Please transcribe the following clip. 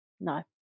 No